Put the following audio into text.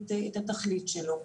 את התכלית שלו.